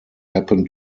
happen